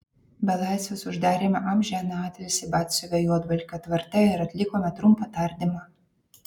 belaisvius uždarėme amžiną atilsį batsiuvio juodvalkio tvarte ir atlikome trumpą tardymą